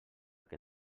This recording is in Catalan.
que